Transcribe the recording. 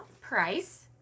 Price